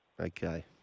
Okay